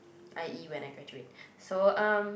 i_e when I graduate so um